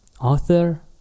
Author